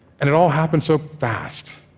and it all happened so fast.